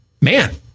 man